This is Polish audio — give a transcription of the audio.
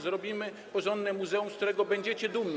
Zrobimy porządne muzeum, z którego będziecie dumni.